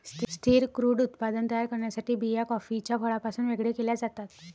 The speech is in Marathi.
स्थिर क्रूड उत्पादन तयार करण्यासाठी बिया कॉफीच्या फळापासून वेगळे केल्या जातात